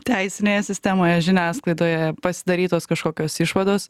teisinėje sistemoje žiniasklaidoje pasidarytos kažkokios išvados